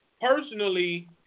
personally